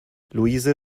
luise